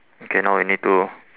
okay now we need to